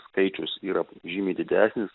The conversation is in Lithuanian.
skaičius yra žymiai didesnis